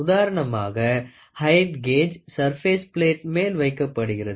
உதாரணமாக height gauge surface plate மேல் வைக்கப்படுகிறது